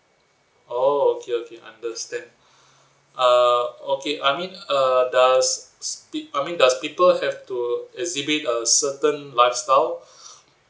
oh okay okay understand uh okay I mean uh does I mean does people have to exhibit a certain lifestyle